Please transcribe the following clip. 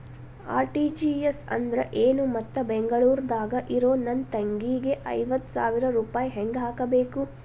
RTGS ಅಂದ್ರ ಏನು ಮತ್ತ ಬೆಂಗಳೂರದಾಗ್ ಇರೋ ನನ್ನ ತಂಗಿಗೆ ಐವತ್ತು ಸಾವಿರ ರೂಪಾಯಿ ಹೆಂಗ್ ಹಾಕಬೇಕು?